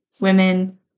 women